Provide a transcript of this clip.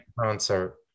concert